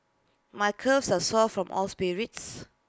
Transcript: my calves are sore from all sprints